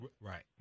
Right